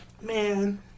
Man